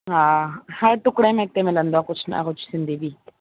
हा हर टुकुड़े में हिते मिलंदो आहे कुझु न कुझु सिंधी बि